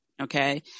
okay